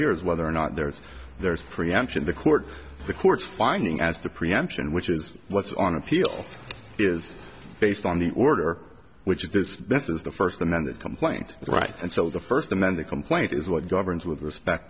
here is whether or not there's there's preemption the court the courts finding as to preemption which is what's on appeal is based on the order which is this is the first amended complaint right and so the first amend the complaint is what governs with respect